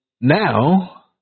now